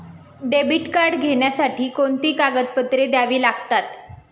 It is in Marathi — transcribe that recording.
डेबिट कार्ड घेण्यासाठी कोणती कागदपत्रे द्यावी लागतात?